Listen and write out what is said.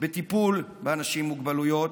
בטיפול באנשים עם מוגבלויות,